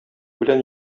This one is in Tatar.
белән